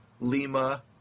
lima